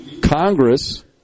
Congress